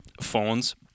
phones